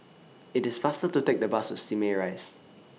IT IS faster to Take The Bus to Simei Rise